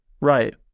Right